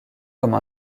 comme